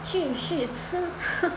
继续吃